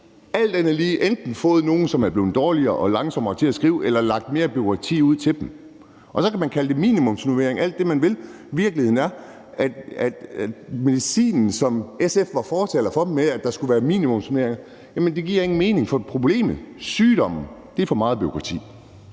alt andet lige enten har fået nogle, som er blevet dårligere og langsommere til at skrive, eller har lagt mere bureaukrati ud til dem. Så kan man kalde det minimumsnormeringer alt det, man vil. Virkeligheden er, at medicinen, som SF var fortaler for, med, at der skulle være minimumsnormeringer, ingen mening giver, for problemet, sygdommen, er for meget bureaukrati.